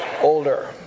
older